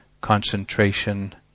concentration